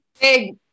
Big